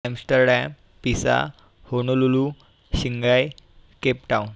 Amsterdam Pisa Honolulu Shanghai Cape Town